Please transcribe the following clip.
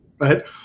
Right